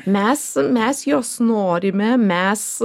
mes mes jos norime mes